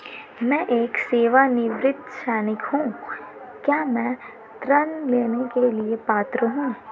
मैं एक सेवानिवृत्त सैनिक हूँ क्या मैं ऋण लेने के लिए पात्र हूँ?